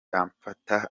amfata